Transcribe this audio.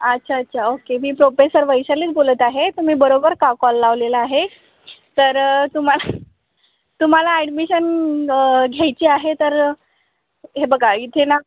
अच्छा अच्छा ओके मी प्रोपेसर वैशालीच बोलत आहे तुम्ही बरोबर का कॉल लावलेला आहे तर तुम्हा तुम्हाला ॲडमिशन घ्यायची आहे तर हे बघा इथे ना